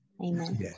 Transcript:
amen